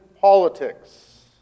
politics